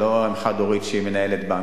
ולא על אם חד-הורית שהיא מנהלת בנק,